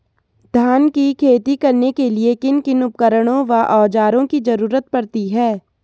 धान की खेती करने के लिए किन किन उपकरणों व औज़ारों की जरूरत पड़ती है?